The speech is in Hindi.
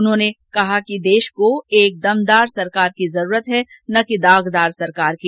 उन्होंने कहा कि देश को एक दमदार सरकार की जरूरत है न कि दागदार सरकार की